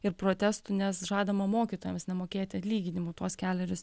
ir protestų nes žadama mokytojams nemokėti atlyginimų tuos kelerius